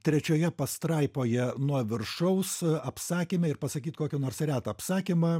trečioje pastraipoje nuo viršaus apsakyme ir pasakyt kokį nors retą apsakymą